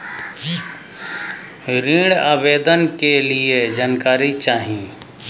ऋण आवेदन के लिए जानकारी चाही?